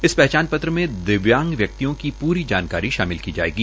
इस पहचान पत्र में दिव्यांग व्यक्तियों की प्री जानकारी शामिल की जाएगी